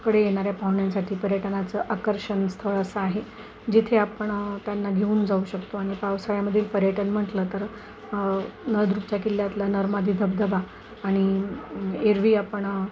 कडे येणाऱ्या पाहुण्यांसाठी पर्यटनाचं आकर्षण स्थळ असं आहे जिथे आपण त्यांना घेऊन जाऊ शकतो आणि पावसाळ्यामधील पर्यटन म्हटलं तर नळदुर्गच्या किल्ह्यातला नर मादी धबधबा आणि एरव्ही आपण